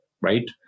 right